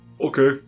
Okay